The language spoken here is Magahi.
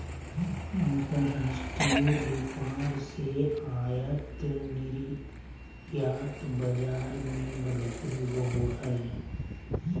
अंतर्राष्ट्रीय व्यापार से आयात निर्यात बाजार मे बढ़ोतरी होवो हय